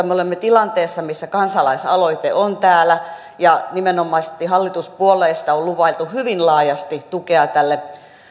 me olemme tilanteessa missä kansalaisaloite on täällä ja nimenomaisesti hallituspuolueista on lupailtu hyvin laajasti tukea tälle